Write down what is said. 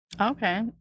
Okay